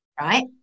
right